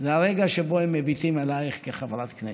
זה הרגע שבו הם מביטים אלייך כחברת כנסת,